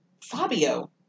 Fabio